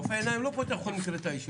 באיזה מרשם אתה מפרסם את זה?